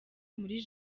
muri